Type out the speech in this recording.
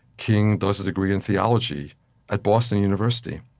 king does a degree in theology at boston university.